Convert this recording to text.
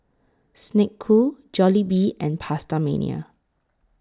Snek Ku Jollibee and PastaMania